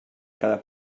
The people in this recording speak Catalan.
cada